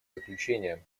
заключение